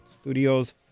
Studios